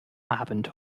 abend